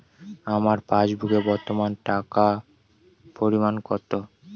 আমার পাসবুকে বর্তমান টাকার পরিমাণ কত?